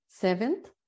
Seventh